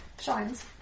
shines